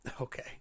Okay